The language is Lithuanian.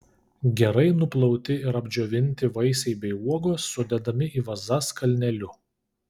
gerai nuplauti ir apdžiovinti vaisiai bei uogos sudedami į vazas kalneliu